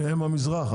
הם מהמזרח,